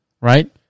Right